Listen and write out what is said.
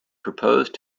proposed